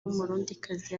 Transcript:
w’umurundikazi